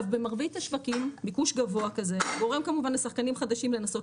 במרבית השווקים ביקוש גבוה כזה גורם כמובן לשחקנים חדשים לנסות